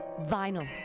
vinyl